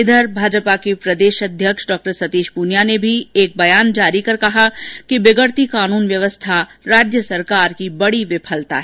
इधर भाजपा के प्रदेश अध्यक्ष डॉ सतीश पूनिया ने भी एक बयान जारी कर कहा कि बिगड़ती कानून व्यवस्था राज्य सरकार की बड़ी विफलता है